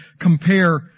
compare